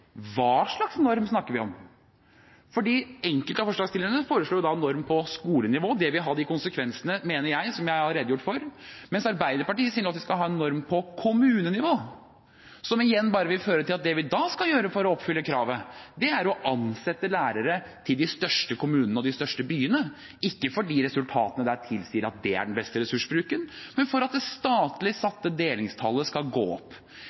hva slags norm vi snakker om. Enkelte av forslagsstillerne foreslår norm på skolenivå – jeg mener det vil ha de konsekvensene som jeg har redegjort for – mens Arbeiderpartiet nå sier at de vil ha en norm på kommunenivå, som igjen bare vil føre til at det vi da skal gjøre for å oppfylle kravet, er å ansette lærere i de største kommunene og de største byene – ikke fordi resultatene der tilsier at det er den beste ressursbruken, men fordi det statlig satte delingstallet skal gå opp.